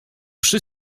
przy